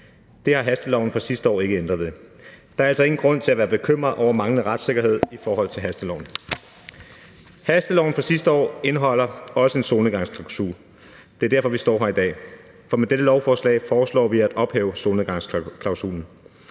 Det har hasteloven fra sidste år ikke ændret ved. Der er altså ingen grund til at være bekymret over manglende retssikkerhed i forhold til hasteloven. Hasteloven fra sidste år indeholder også en solnedgangsklausul. Det er derfor, vi står her i dag, for med dette lovforslag foreslår vi at ophæve solnedgangsklausulen.